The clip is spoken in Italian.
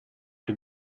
più